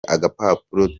agapapuro